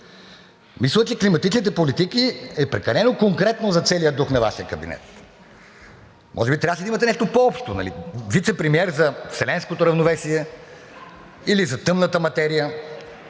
Мисля, че климатичните политики е прекалено конкретно за целия дух на Вашия кабинет. Може би трябваше да имате нещо по-общо – вицепремиер за вселенското равновесие или за тъмната материя.